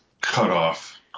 cutoff